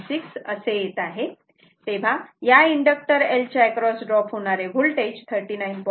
6 असे येत आहे तेव्हा या इंडक्टर L च्या एक्रॉस ड्रॉप होणारे वोल्टेज 39